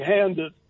handed